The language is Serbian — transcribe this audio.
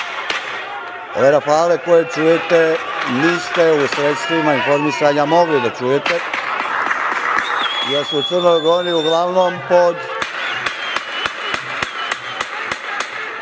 Ove rafale koje čujete niste u sredstvima informisanja mogli da čujete, jer su u Crnoj Gori uglavnom pod